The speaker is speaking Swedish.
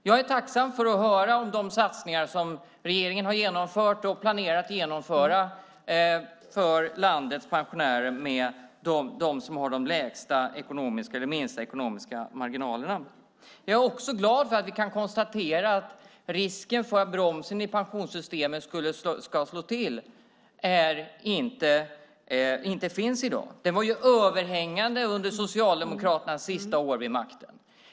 Jag är tacksam för att få höra om de satsningar som regeringen har genomfört och planerar att genomföra för landets pensionärer som har de minsta ekonomiska marginalerna. Jag är också glad över att vi kan konstatera att risken för att bromsen i pensionssystemet ska slå till inte finns i dag. Den var överhängande under Socialdemokraternas sista år vid makten.